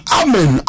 amen